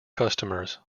customers